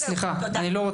תודה.